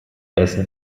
essen